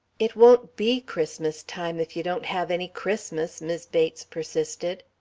it won't be christmas time if you don't have any christmas, mis' bates persisted.